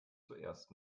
zuerst